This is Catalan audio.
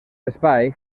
espai